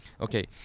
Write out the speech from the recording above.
Okay